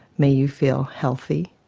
may you feel healthy,